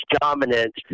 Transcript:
dominant